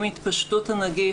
עם התפשטות הנגיף,